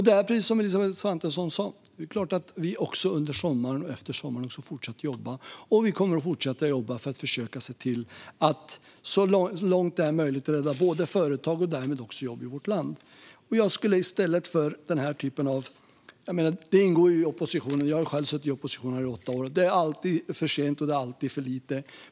Det är precis som Elisabeth Svantesson sa. Det är klart att vi under och efter sommaren också har jobbat och kommer att fortsätta jobba för att försöka se till att det så långt det är möjligt rädda företag och därmed jobb i vårt land. Det ingår i oppositionens roll - jag har själv suttit i opposition i åtta år - att säga att det alltid är för sent och för lite.